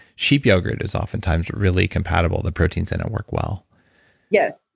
sheep yogurt is oftentimes really compatible, the proteins in it work well yes,